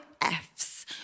F's